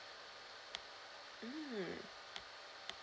mm